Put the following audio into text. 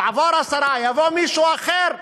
תעבור השרה, יבוא מישהו אחר,